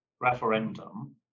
referendum